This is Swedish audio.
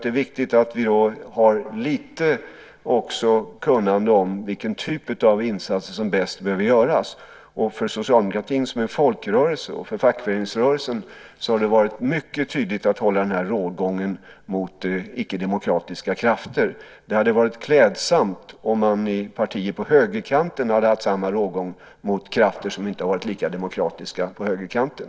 Det är viktigt att vi har lite kunnande om vilken typ av insatser som bäst behöver göras. För socialdemokratin som en folkrörelse och för fackföreningsrörelsen har det varit mycket tydligt att hålla rågången mot icke-demokratiska krafter. Det hade varit klädsamt om man i partier på högerkanten hade haft samma rågång mot krafter som inte har varit lika demokratiska på högerkanten.